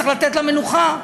צריך לתת לה מנוחה.